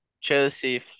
Chelsea